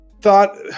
thought